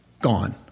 gone